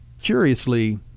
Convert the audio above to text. curiously